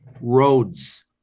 roads